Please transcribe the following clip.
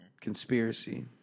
conspiracy